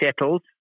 settled